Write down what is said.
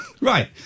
right